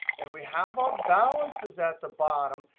and we have our balances at the bottom,